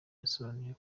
yasobanuye